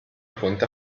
fonte